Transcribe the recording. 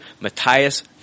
Matthias